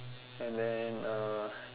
and then uh